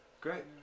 Great